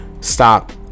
stop